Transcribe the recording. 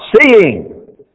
seeing